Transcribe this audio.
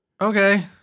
Okay